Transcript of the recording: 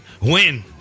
win